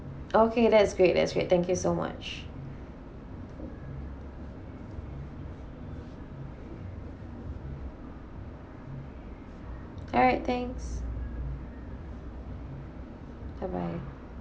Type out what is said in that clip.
okay that is great that's great thank you so much alright thanks bye bye